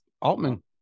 Altman